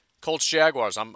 Colts-Jaguars